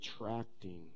attracting